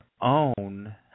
own